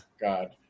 God